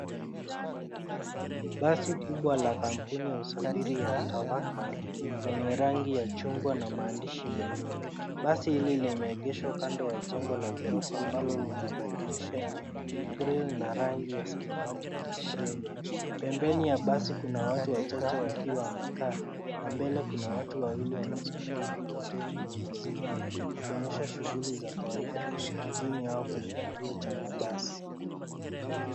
Basi kubwa la kampuni la usafiri la tamakan, leneye rangi ya chungwa na maandishi meupe. Basi hili limeegeshwa kando la jengo la gorofa ambalo lina madirisha yenye grill na rangi ya samawati kwenye frame. Pembeni ya basi Kuna watu wachache wakiwa wamekaa. Na mbele kuna watu wawili wanasukuma mikokoteni wa mizigo, wakionyesha shughuli za kawaida mjini hao kwenye kituo cha mabasi.